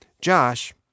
Josh